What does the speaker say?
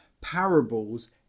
parables